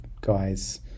guys